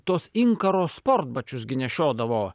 tuos inkaro sportbačius gi nešiodavo